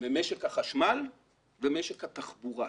ממשק החשמל וממשק התחבורה.